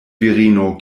virino